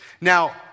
Now